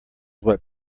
what